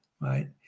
right